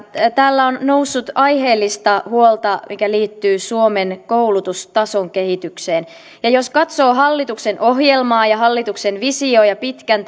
täällä on noussut aiheellista huolta mikä liittyy suomen koulutustason kehitykseen jos katsoo hallituksen ohjelmaa ja hallituksen visiota ja pitkän